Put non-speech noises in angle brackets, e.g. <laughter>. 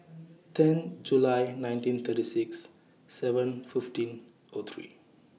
<noise> ten July nineteen thirty six seven fifteen O three